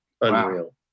Unreal